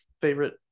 favorite